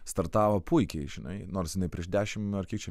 startavo puikiai žinai nors jinai prieš dešimt ar kiek čia